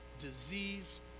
disease